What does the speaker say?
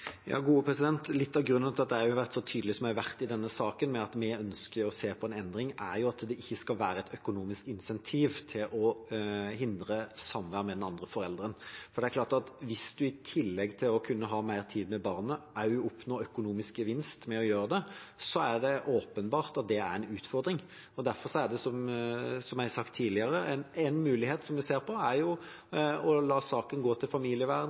Litt av grunnen til at jeg har vært så tydelig som jeg har vært i denne saken om at vi ønsker å se på en endring, er at det ikke skal være et økonomisk insentiv til å hindre samvær med den andre forelderen. Hvis man i tillegg til å kunne ha mer tid med barna oppnår økonomisk gevinst ved å gjøre det, er det åpenbart at det er en utfordring. Derfor er det som jeg har sagt tidligere: En mulighet vi ser på, er å la saken gå til familievern,